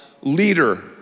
leader